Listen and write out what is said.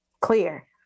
clear